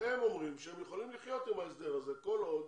והם אומרים שהם יכולים לחיות עם ההסדר הזה כל עוד